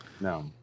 no